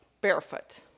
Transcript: barefoot